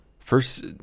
First